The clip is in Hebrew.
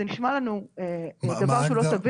זה נשמע לנו משהו לא סביר.